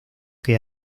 que